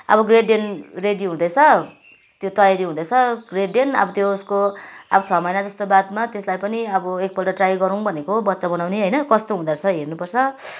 अब Great Dane ready हुँदैछ त्यो तयारी हुँदैछ ग्रेट डेन अब त्यसको अब छ महिना जस्तो बादमा त्यसलाई पनि अब एकपल्ट ट्राई गरौँ भनेको बच्चा बनाउने होइन कस्तो हुँदोरहेछ हेर्नुपर्छ